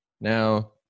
Now